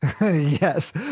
Yes